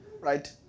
right